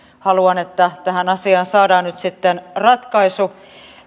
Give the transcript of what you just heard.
haluan että tähän asiaan saadaan nyt ratkaisu